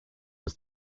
was